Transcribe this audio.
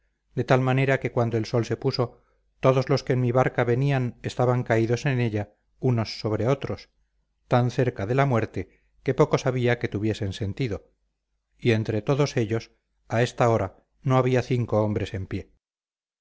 de tal manera que cuando el sol se puso todos los que en mi barca venían estaban caídos en ella unos sobre otros tan cerca de la muerte que pocos había que tuviesen sentido y entre todos ellos a esta hora no había cinco hombres en pie